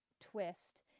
twist